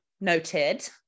Noted